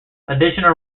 additional